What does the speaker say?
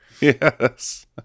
Yes